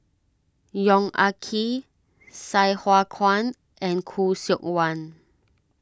Yong Ah Kee Sai Hua Kuan and Khoo Seok Wan